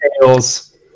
tails